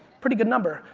pretty good number,